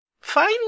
Fine